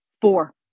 four